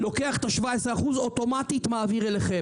ומעביר אליכם.